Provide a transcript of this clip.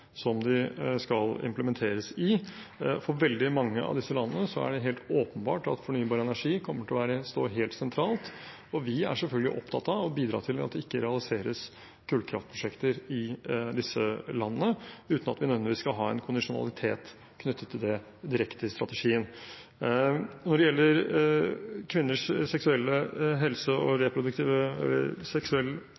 som de skal implementeres i. For veldig mange av disse landene er det helt åpenbart at fornybar energi kommer til å stå helt sentralt. Vi er selvfølgelig opptatt av å bidra til at det ikke realiseres kullkraftprosjekter i disse landene, uten at vi mener vi skal ha en kondisjonalitet knyttet til det, direkte i strategien. Når det gjelder kvinners seksuelle og reproduktive rettigheter og deres helse,